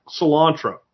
cilantro